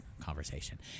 conversation